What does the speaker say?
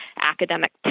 academic